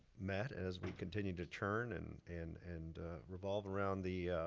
met as we continued to churn and and and revolve around the